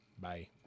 Bye